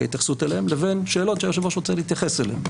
התייחסות אליהן לבין שאלות שהיושב-ראש רוצה להתייחס אליהן.